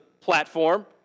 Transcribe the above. platform